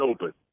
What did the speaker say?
open